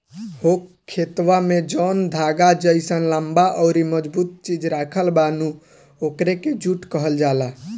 हो खेतवा में जौन धागा जइसन लम्बा अउरी मजबूत चीज राखल बा नु ओकरे के जुट कहल जाला